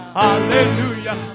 hallelujah